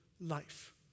life